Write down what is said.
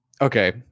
okay